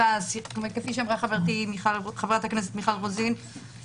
שכפי שאמרה חברתי חברת הכנסת מיכל רוזין,